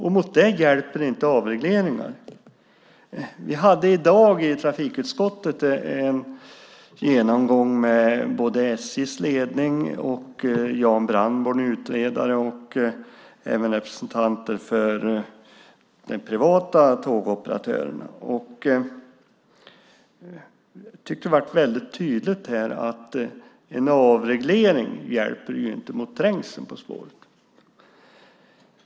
Mot det hjälper inte avregleringar. I dag hade vi en genomgång i trafikutskottet med SJ:s ledning, utredaren Jan Brandborn och representanter för den privata tågoperatören. Det framgick tydligt att en avreglering inte hjälper mot trängseln på spåret.